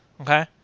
Okay